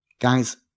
Guys